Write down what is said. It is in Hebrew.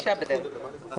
הצבעה בעד, 12 נגד, 1 אושר.